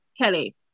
kelly